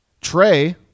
Trey